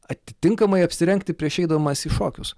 atitinkamai apsirengti prieš eidamas į šokius